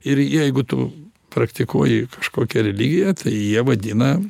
ir jeigu tu praktikuoji kažkokią religiją tai jie vadina